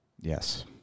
Yes